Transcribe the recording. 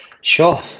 Sure